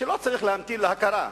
שלא צריך להמתין להכרה בהם,